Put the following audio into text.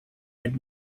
red